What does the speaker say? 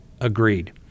agreed